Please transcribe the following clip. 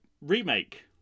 remake